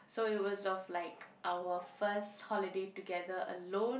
so it was of like our first holiday together alone